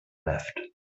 left